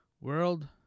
world